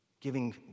giving